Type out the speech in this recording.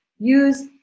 Use